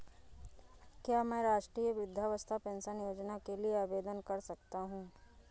क्या मैं राष्ट्रीय वृद्धावस्था पेंशन योजना के लिए आवेदन कर सकता हूँ?